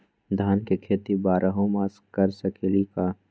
धान के खेती बारहों मास कर सकीले का?